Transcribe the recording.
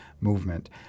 movement